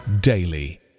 daily